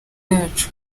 yacu